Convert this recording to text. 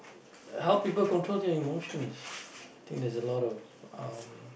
help people control their emotions think there's a lot of uh